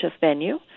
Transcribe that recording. venue